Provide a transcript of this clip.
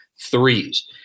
threes